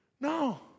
No